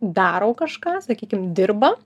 daro kažką sakykim dirba